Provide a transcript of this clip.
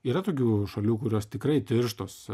yra tokių šalių kurios tikrai tirštos